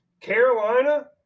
Carolina